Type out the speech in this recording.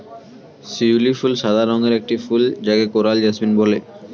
শিউলি ফুল সাদা রঙের একটি ফুল যাকে কোরাল জেসমিন বলে